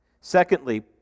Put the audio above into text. Secondly